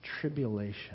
tribulation